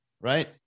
Right